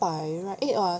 百 right eh or